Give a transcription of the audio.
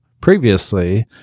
Previously